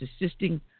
assisting